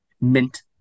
mint